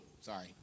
sorry